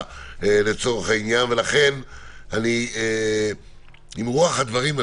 לכן אני מסכים עם רוח הדברים.